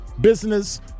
business